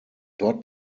dort